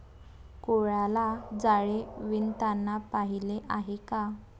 कोळ्याला जाळे विणताना पाहिले आहे का?